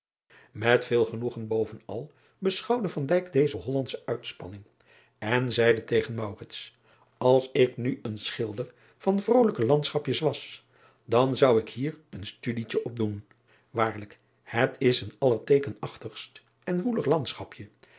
et veel genoegen bovenal beschouwde deze ollandsche uitspanning en zeide tegen ls ik nu een schilder van vrolijke andschapjes was dan zou ik hier een studietje op doen aarlijk het is een allerteekenachtigst en woelig landschapje